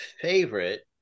favorite